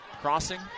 crossing